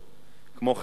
כמו כן,